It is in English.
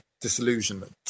disillusionment